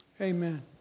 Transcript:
amen